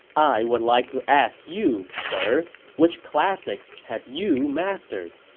i would like to ask you, sir, which classics have you mastered?